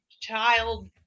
child